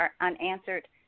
unanswered